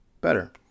better